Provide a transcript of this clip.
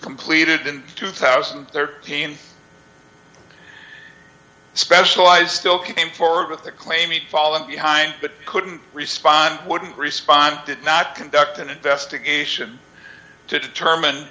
completed in two thousand and thirteen specialized still came forward with the claim it fallen behind but couldn't respond wouldn't respond did not conduct an investigation to determine